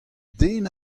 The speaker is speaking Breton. den